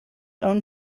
own